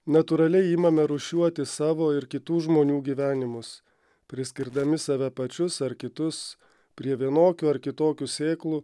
natūraliai imame rūšiuoti savo ir kitų žmonių gyvenimus priskirdami save pačius ar kitus prie vienokių ar kitokių sėklų